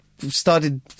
started